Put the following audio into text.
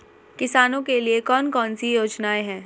किसानों के लिए कौन कौन सी योजनाएं हैं?